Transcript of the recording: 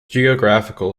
geographical